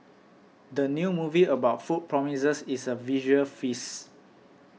the new movie about food promises is a visual feast